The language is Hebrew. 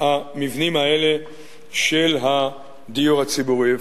המבנים האלה של הדיור הציבורי.